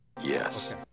Yes